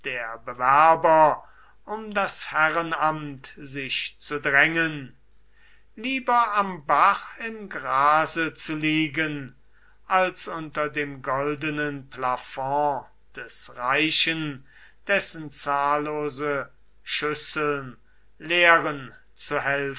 der bewerber um das herrenamt sich zu drängen lieber am bach im grase zu liegen als unter dem goldenen plafond des reichen dessen zahllose schüsseln leeren